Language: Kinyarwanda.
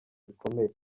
bikomeye